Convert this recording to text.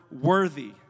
worthy